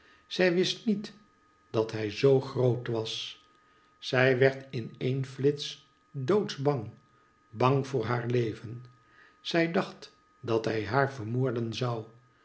zij wist niet dat hij zoo groot was zij werd in een flits doodsbang bang voor haar leven zij dacht dat hij haar vermoorden zou